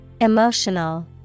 Emotional